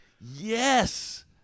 Yes